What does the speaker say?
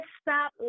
stop